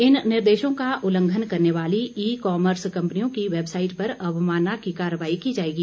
इन निर्देशों का उल्लंघन करने वाली ई कॉमर्स कंपनियों की वेब साइट पर अवमानना की कार्रवाई की जायेगी